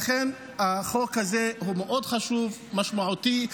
לכן החוק הזה מאוד חשוב ומשמעותי,